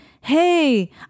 hey